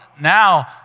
now